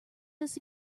this